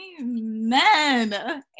amen